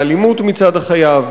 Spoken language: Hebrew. לאלימות מצד החייב.